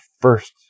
first